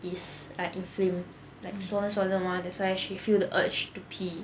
is like inflame like swollen swollen mah that's why she feel the urge to pee